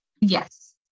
Yes